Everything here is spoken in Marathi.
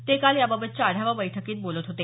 ते काल याबाबतच्या आढावा बैठकीत बोलत होते